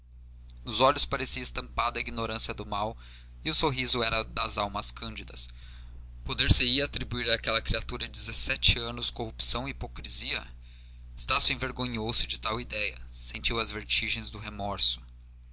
nos olhos parecia estampada a ignorância do mal e o sorriso era o das almas cândidas poder-se-ia atribuir àquela criatura de dezessete anos corrupção e hipocrisia estácio envergonhou-se de tal idéia sentiu as vertigens do remorso